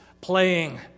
playing